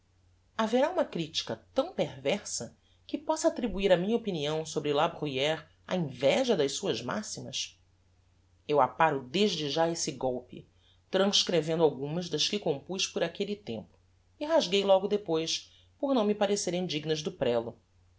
haverá uma critica tão perversa que possa attribuir a minha opinião sobre la bruyre á inveja das suas maximas eu aparo desde já esse golpe transcrevendo algumas das que compuz por aquelle tempo e rasguei logo depois por não me parecerem dignas do prélo